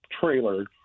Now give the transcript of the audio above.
trailer